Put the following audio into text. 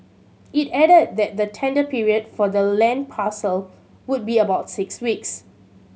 it added that the tender period for the land parcel would be about six weeks